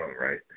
right